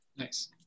Nice